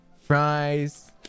fries